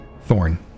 Thorn